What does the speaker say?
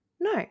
no